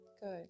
Good